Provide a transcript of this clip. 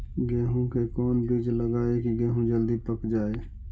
गेंहू के कोन बिज लगाई कि गेहूं जल्दी पक जाए?